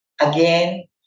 Again